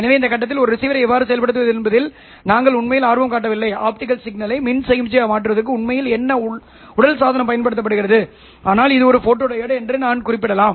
எனவே இந்த கட்டத்தில் ஒரு ரிசீவரை எவ்வாறு செயல்படுத்துவது என்பதில் நாங்கள் உண்மையில் ஆர்வம் காட்டவில்லை ஆப்டிகல் சிக்னலை மின் சமிக்ஞையாக மாற்றுவதற்கு உண்மையில் என்ன உடல் சாதனம் பயன்படுத்தப்படுகிறது ஆனால் இது ஒரு போட்டோடியோட் என்பதை நான் குறிப்பிடலாம்